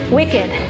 wicked